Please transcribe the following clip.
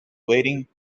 waiting